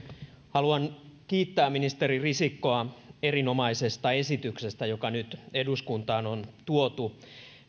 haluan kiittää ministeri risikkoa erinomaisesta esityksestä joka nyt eduskuntaan on tuotu